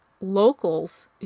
locals